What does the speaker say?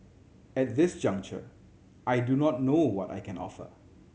at this juncture I do not know what I can offer